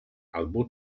albo